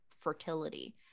fertility